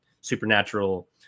supernatural